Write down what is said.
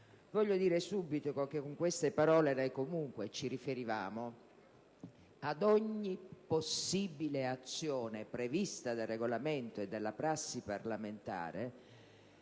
Voglio dire subito che, con queste parole, comunque ci riferivamo ad ogni possibile azione prevista dal Regolamento e dalla prassi parlamentare,